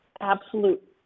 absolute